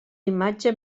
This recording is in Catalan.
imatge